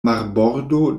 marbordo